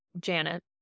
Janet